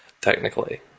technically